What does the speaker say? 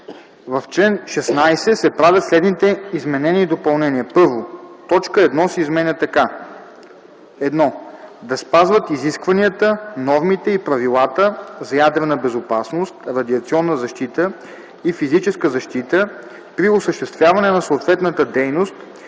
В чл. 40 се правят следните изменения и допълнения: